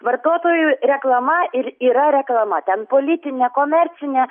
vartotojų reklama ir yra reklama ten politinė komercinė